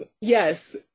Yes